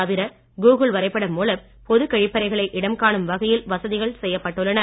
தவிர கூகுள் வரைப்படம் மூலம் பொதுக் கழிப்பறைகளை இடம் காணும் வகையில் வசதிகள் செய்யப்பட்டுள்ளன